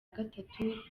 gatatu